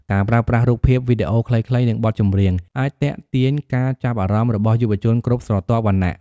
ការប្រើប្រាស់រូបភាព វីដេអូខ្លីៗ និងបទចម្រៀង អាចទាក់ទាញការចាប់អារម្មណ៍របស់យុវជនគ្រប់ស្រទាប់វណ្ណៈ។